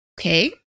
Okay